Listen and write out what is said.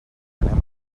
anem